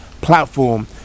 platform